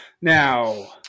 Now